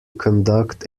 conduct